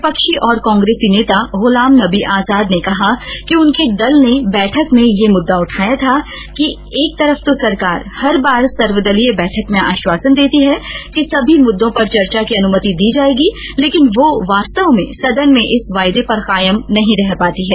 विपक्षी और कांग्रेस नेता गुलाम नबी आजाद ने कहा कि उनके दल ने बैठक में यह मुद्दा उठाया कि एक तरफ तो सरकार हर बार सर्वदलीय बैठक में आश्वासन देती है कि सभी मुद्दों पर चर्चा की अनुमति दी जायेगी लेकिन वो वास्तव में सदन में इस वायदे पर कायम नहीं रह पाती है